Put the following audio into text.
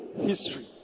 history